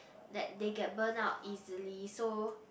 that they get burn out easily so